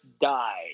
died